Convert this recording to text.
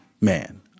man